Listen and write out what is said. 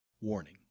Warning